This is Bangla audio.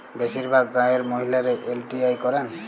বেশিরভাগ গাঁয়ের মহিলারা এল.টি.আই করেন